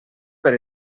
per